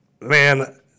man